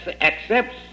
accepts